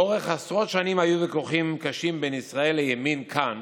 לאורך עשרות שנים היו ויכוחים קשים בין שמאל לימין כאן